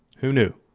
who knew?